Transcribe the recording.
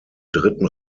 dritten